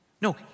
No